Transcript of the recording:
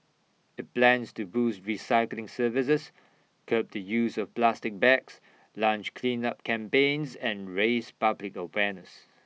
IT plans to boost recycling services curb the use of plastic bags launch cleanup campaigns and raise public awareness